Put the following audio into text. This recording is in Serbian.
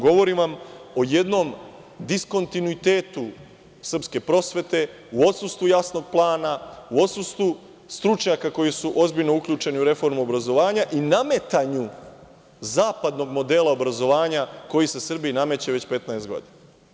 Govorim vam o jednom diskontinuitetu srpske prosvete u odsustvu jasnog plana, u odsustvu stručnjaka koji su ozbiljno uključeni u reformu obrazovanja i nametanju zapadnog modela obrazovanja koji se Srbiji nameće već 15 godina.